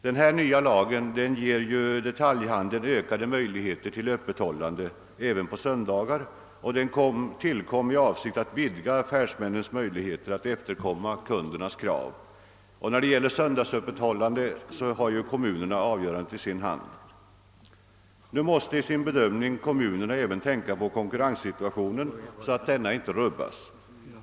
Den nya lagen ger detaljhandeln ökade möjligheter till öppethållande — även på söndagar — och den tillkom i avsikt att vidga affärsmännens möjligheter att efterkomma kundernas krav. När det gäller söndagsöppethållande har kommunerna avgörandet i sin hand. I sin bedömning måste kommunerna även tänka på att konkurrensläget inte rubbas.